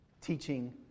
teaching